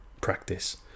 practice